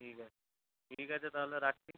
ঠিক আছে ঠিক আছে তাহলে রাখছি